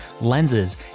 lenses